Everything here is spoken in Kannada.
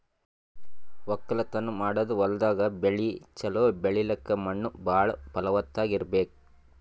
ವಕ್ಕಲತನ್ ಮಾಡದ್ ಹೊಲ್ದಾಗ ಬೆಳಿ ಛಲೋ ಬೆಳಿಲಕ್ಕ್ ಮಣ್ಣ್ ಭಾಳ್ ಫಲವತ್ತಾಗ್ ಇರ್ಬೆಕ್